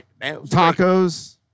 Tacos